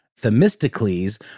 Themistocles